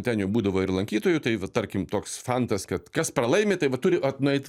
ten jau būdavo ir lankytojų tai va tarkim toks fantas kad kas pralaimi tai vat turi vat nueit